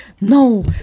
no